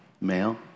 male